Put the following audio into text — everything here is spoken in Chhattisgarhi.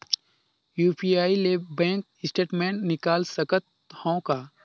यू.पी.आई ले बैंक स्टेटमेंट निकाल सकत हवं का?